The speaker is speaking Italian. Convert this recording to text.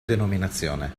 denominazione